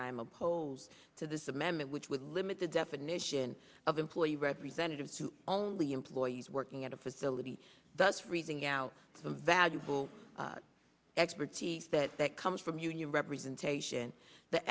opposed to this amendment which would limit the definition of employee representatives to only employees working at a facility that's freezing out the valuable expertise that that comes from union representation the